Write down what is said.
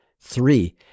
three